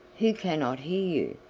who cannot hear you,